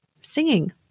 singing